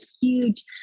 huge